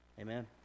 Amen